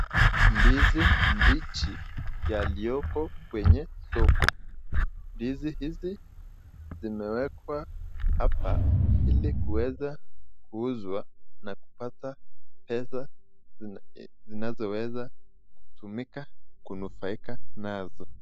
Ndizi mbichi yalioko kwenye soko. Ndizi hizi zimewekwa hapa ili kuweza kuuzwa na kupata pesa zinazoweza kutumika kunufaika nazo.